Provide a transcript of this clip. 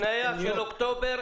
הפניה של אוקטובר